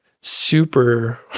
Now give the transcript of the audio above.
super